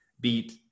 beat